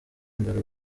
mbere